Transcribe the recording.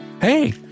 Hey